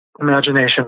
imagination